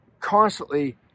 constantly